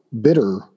bitter